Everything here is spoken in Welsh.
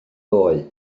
ddoe